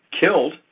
killed